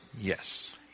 Yes